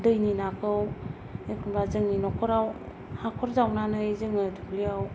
दैनि नाखौ एखनबा जोंनि न'खराव हाखर जावनानै जोङो दुब्लियाव